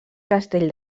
castell